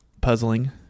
puzzling